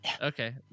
okay